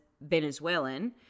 Venezuelan